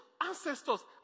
ancestors